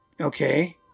Okay